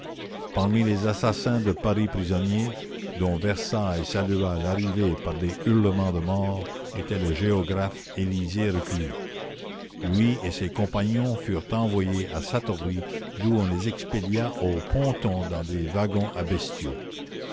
parmi les assassins de paris prisonniers dont versailles salua l'arrivée par des hurlements de mort était le géographe elisée reclus lui et ses compagnons furent envoyés à satory d'où on les expédia aux pontons dans des wagons à bestiaux